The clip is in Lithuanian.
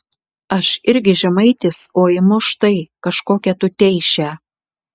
aš irgi žemaitis o imu štai kažkokią tuteišę